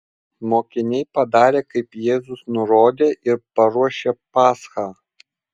mokiniai padarė kaip jėzus nurodė ir paruošė paschą